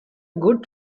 good